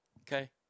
Okay